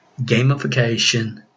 Gamification